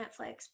Netflix